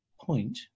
point